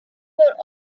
bought